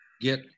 get